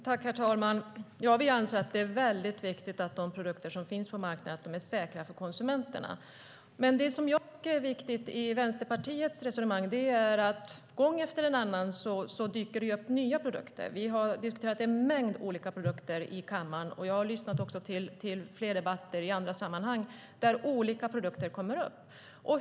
Herr talman! Vi anser att det är väldigt viktigt att de produkter som finns på marknaden är säkra för konsumenterna. Gång efter annan dyker det ju upp nya produkter. Vi har diskuterat en mängd olika produkter i kammaren. Jag har lyssnat till flera debatter i andra sammanhang där olika produkter tas upp.